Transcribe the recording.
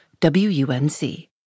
WUNC